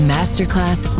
Masterclass